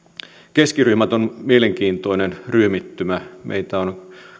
keskiryhmät on mielenkiintoinen ryhmittymä meitä on